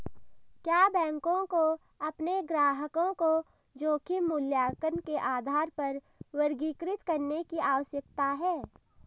क्या बैंकों को अपने ग्राहकों को जोखिम मूल्यांकन के आधार पर वर्गीकृत करने की आवश्यकता है?